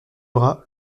bras